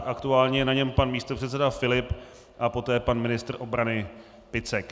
Aktuálně je na něm pan místopředseda Filip a poté pan ministr obrany Picek.